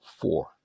four